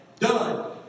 done